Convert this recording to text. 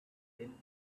then